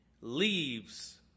leaves